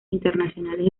internacionales